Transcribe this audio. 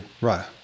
Right